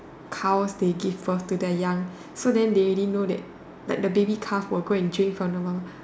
cows they give birth to their young so then they already know that like the baby calf will go and drink from the mom